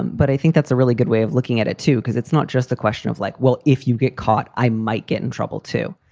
but i think that's a really good way of looking at it, too, because it's not just a question of like, well, if you get caught, i might get in trouble, too.